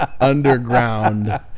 underground